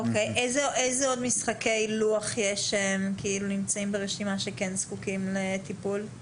איזה עוד משחקי לוח יש שנמצאים ברשימה וכן זקוקים לטיפול?